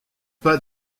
pas